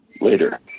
later